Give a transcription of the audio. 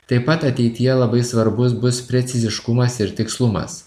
taip pat ateityje labai svarbus bus preciziškumas ir tikslumas